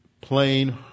plain